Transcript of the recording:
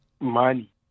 money